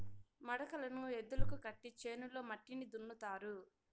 మడకలను ఎద్దులకు కట్టి చేనులో మట్టిని దున్నుతారు